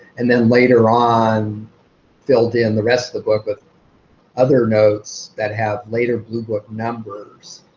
and then later on filled in the rest of the book with other notes that have later blue book numbers.